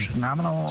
nominal,